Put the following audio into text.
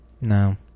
No